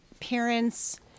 parents